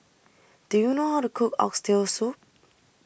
Do YOU know How to Cook Oxtail Soup